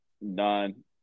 none